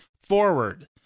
forward